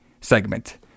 segment